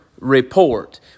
report